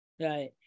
Right